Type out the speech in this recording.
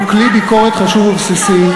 האי-אמון, השחיתות שלכם זועקת.